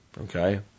Okay